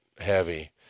heavy